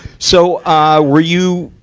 so, ah, we you,